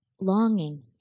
longing